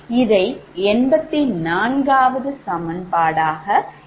இதை 84 வது சமன்பாக எடுத்துக் கொண்டுள்ளோம்